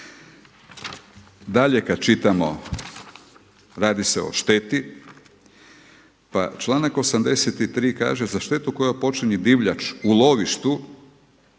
dalje kada čitamo radi se o šteti, pa članak 83 kaže: „za štetu koju počini divljač u lovištu